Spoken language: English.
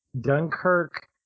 Dunkirk